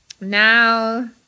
now